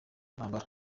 ntambara